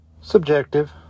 Subjective